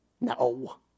No